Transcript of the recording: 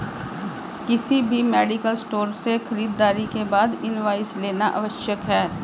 किसी भी medical store पर से खरीदारी के बाद इनवॉइस लेना आवश्यक है